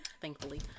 Thankfully